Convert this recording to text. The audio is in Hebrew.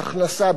ביטוח לאומי,